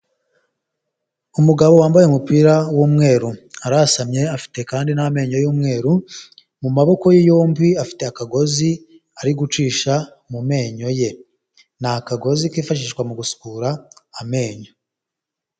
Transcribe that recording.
Umugabo wambaye umupira w'umweru arasamye afite kandi n'amenenyo y'umweru, mu maboko ye yombi afite akagozi ari gucisha mu menyo ye. Ni kagozi kifashishwa mu gusukura amenyo.